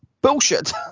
Bullshit